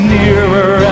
nearer